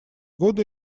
года